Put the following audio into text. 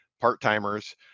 part-timers